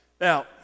Now